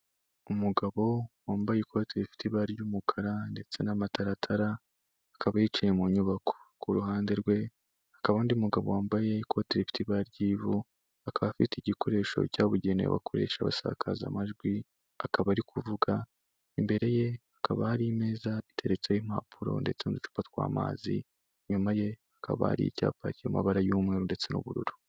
Umugabo wambaye ikoti rifite ibara ry'umukara ndetse n'amataratara, akaba yicaye mu nyubako, ku ruhande rwe, hakaba hari n'undi mugabo wambaye ikoti rifite ibara ry'ivu, akaba afite igikoresho cyabugenewe abakoresha basakaza amajwi akaba ari kuvuga, imbere ye hakaba hari imeza iteretseho impapuro ndetse n'uducupa tw'amazi, inyuma ye hakaba hari icyapa cy'amabara y'umweru ndetse n'ubururu.